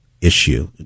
issue